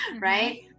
Right